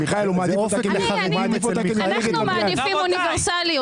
אנחנו גם ניגע בהם אחר כך,